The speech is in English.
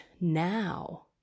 now